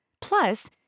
Plus